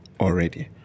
already